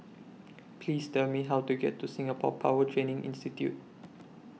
Please Tell Me How to get to Singapore Power Training Institute